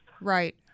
Right